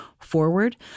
forward